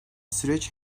süreç